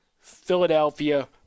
Philadelphia